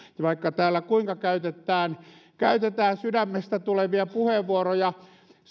vaikka täällä kuinka käytetään käytetään sydämestä tulevia puheenvuoroja